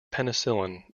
penicillin